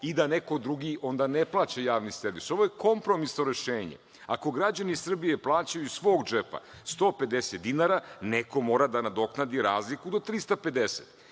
i da neko drugi onda ne plaća javni servis. Ovo je kompromisno rešenje. Ako građani Srbije plaćaju iz svog džepa 150 dinara, neko mora da nadoknadi razliku do 350.